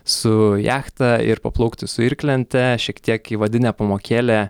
su jachta ir paplaukti su irklente šiek tiek įvadinė pamokėlė